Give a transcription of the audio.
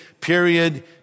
period